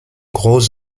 gros